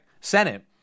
Senate